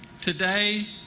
today